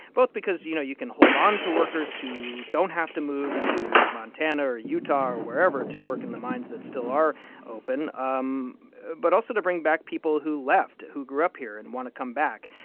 both because, you know, you can hold onto workers who don't have to move to montana or utah or wherever to work in the mines that still are open um but also to bring back people who left, left, who grew up here and want to come back.